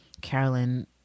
carolyn